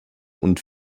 und